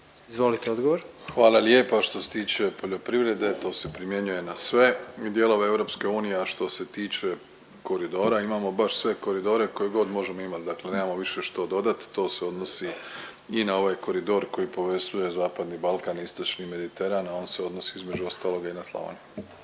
Andrej (HDZ)** Hvala lijepa. Što se tiče poljoprivrede to se primjenjuje na sve dijelove EU, a što se tiče koridora imamo baš sve koridore kojegod možemo imati, dakle nemamo više što dodat. To se odnosi i na ovaj koridor koji povezuje zapadni Balkan istočni Mediteran, a on se odnosi između ostaloga i na Slavoniju.